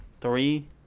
three